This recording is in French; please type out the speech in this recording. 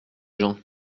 gens